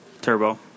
Turbo